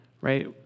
Right